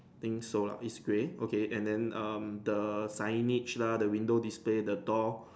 think so lah is grey okay and then um the signage lah the window display the door